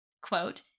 quote